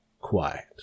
quiet